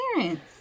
parents